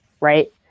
right